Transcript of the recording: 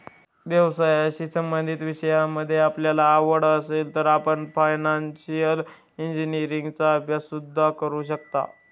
व्यवसायाशी संबंधित विषयांमध्ये आपल्याला आवड असेल तर आपण फायनान्शिअल इंजिनीअरिंगचा अभ्यास सुद्धा करू शकता